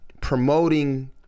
promoting